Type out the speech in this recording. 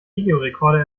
videorecorder